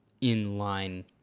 in-line